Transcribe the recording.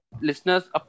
listeners